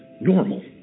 normal